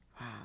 Wow